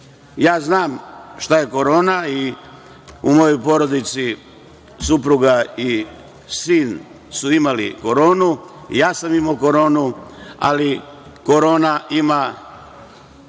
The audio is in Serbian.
znam šta je korona. U mojoj porodici supruga i sin su imali koronu, a i ja sam imao koronu, ali korona ima